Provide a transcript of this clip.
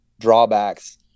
drawbacks